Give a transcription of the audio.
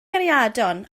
gariadon